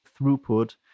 throughput